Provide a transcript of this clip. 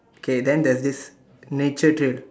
K then there's this nature trail